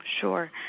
Sure